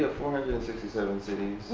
sixty seven cities.